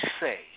say